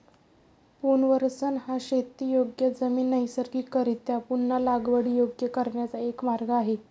पुनर्वसन हा शेतीयोग्य जमीन नैसर्गिकरीत्या पुन्हा लागवडीयोग्य करण्याचा एक मार्ग आहे